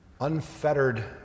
unfettered